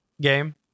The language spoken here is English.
game